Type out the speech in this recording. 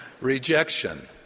rejection